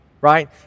right